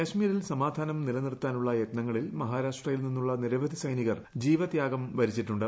കശ്മീരിൽ സമാധ്യനം നിലനിർത്താനുള്ള യത്നങ്ങളിൽ മഹാരാഷ്ട്രയിൽ നിന്നുള്ള ്നിരവധി സൈനികർ ജീവത്യാഗം വരിച്ചിട്ടുണ്ട്